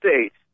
states